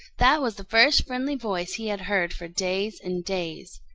that was the first friendly voice he had heard for days and days.